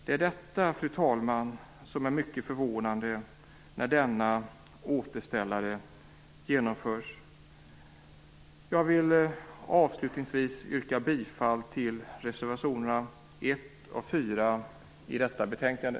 Det är detta som är mycket förvånande när denna återställare genomförs. Fru talman! Jag vill avslutningsvis yrka bifall till reservationerna 1 och 4 till detta betänkande.